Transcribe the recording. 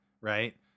right